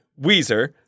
Weezer